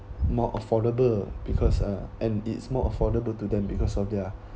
more affordable because uh and it's more affordable to them because of their